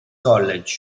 college